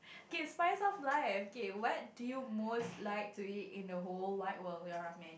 K spice of life okay what do you most like to eat in the whole wide world your ramen